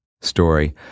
story –